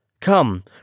Come